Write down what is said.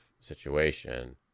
situation